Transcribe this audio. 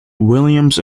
williams